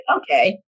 okay